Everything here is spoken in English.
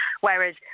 Whereas